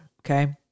okay